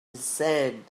insane